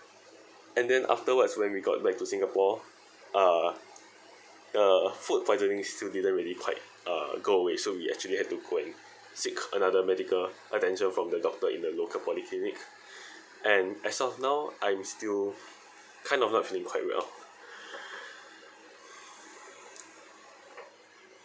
and then afterwards when we got back to singapore uh the food poisoning still didn't really quite uh go away so we actually had to go and seek another medical attention from the doctor in the local polyclinic and as of now I'm still kind of not feeling quite well